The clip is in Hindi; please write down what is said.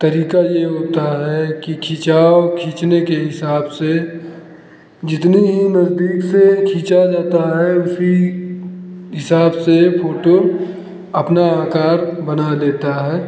तरीका ये होता है कि खिंचाव खींचने के हिसाब से जितनी ही नजदीक से खींचा जाता है उसी हिसाब से फोटो अपना आकर बना लेता है